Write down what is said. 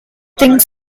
think